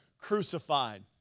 crucified